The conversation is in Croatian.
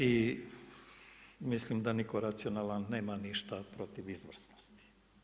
I mislim da nitko racionalan nema ništa protiv izvrsnosti.